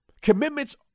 Commitments